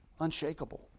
unshakable